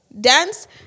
dance